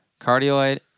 Cardioid